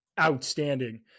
outstanding